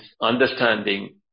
understanding